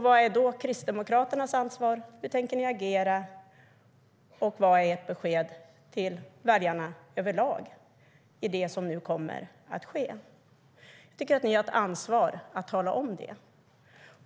Vad är då Kristdemokraternas ansvar? Hur tänker ni agera? Vad är ert besked till väljarna överlag i det som nu kommer att ske? Jag tycker att ni har ett ansvar för att tala om det.